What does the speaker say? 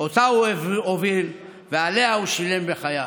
אותה הוא הוביל, ועליה הוא שילם בחייו.